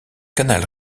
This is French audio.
canal